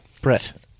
Brett